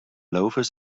loafers